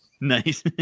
Nice